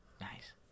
Nice